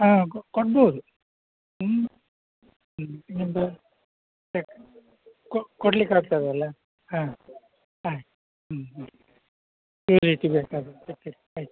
ಹಾಂ ಕೊಡ್ಬೌದು ನಿಮ್ದು ಚೆಕ್ ಕೊಡಲಿಕ್ಕಾಗ್ತದಲ್ಲ ಹಾಂ ಹಾಂ ಹ್ಞೂ ಹ್ಞೂ ಶೂರಿಟಿ ಬೇಕಾಗುತ್ತೆ